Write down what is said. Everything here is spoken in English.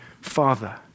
father